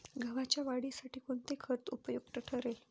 गव्हाच्या वाढीसाठी कोणते खत उपयुक्त ठरेल?